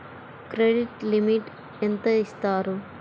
Credit limit ఎంత ఇస్తారు?